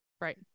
Right